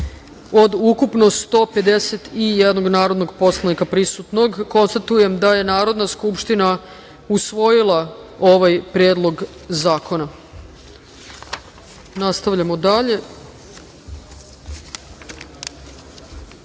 od ukupno 151 narodnog poslanika prisutnog. Konstatujem da je Narodna skupština usvojila ovaj predlog zakona. Nastavljamo